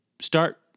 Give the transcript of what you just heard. start